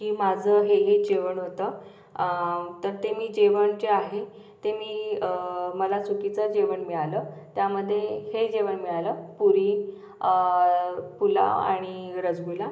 की माझं हे हे जेवण होतं तर ते मी जेवण जे आहे ते मी मला चुकीचं जेवण मिळालं त्यामध्ये हे जेवण मिळालं पुरी पुलाव आणि रसगुला